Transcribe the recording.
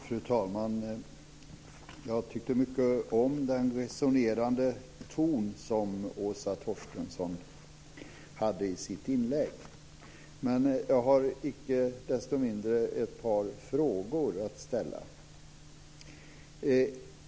Fru talman! Jag tyckte mycket om den resonerande ton som Åsa Torstensson hade i sitt inlägg. Men jag har icke desto mindre några frågor att ställa.